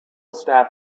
staff